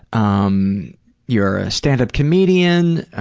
um you're a stand-up comedian.